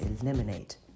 eliminate